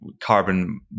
carbon